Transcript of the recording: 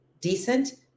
decent